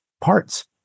parts